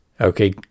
Okay